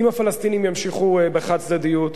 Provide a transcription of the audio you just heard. אם הפלסטינים ימשיכו בחד-צדדיות,